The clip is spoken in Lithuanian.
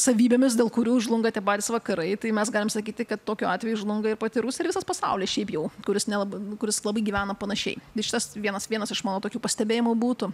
savybėmis dėl kurių žlunga tie patys vakarai tai mes galim sakyti kad tokiu atveju žlunga ir pati rusija ir visas pasaulis šiaip jau kuris nelabai kuris labai gyvena panašiai ir šitas vienas vienas aš manau tokių pastebėjimų būtų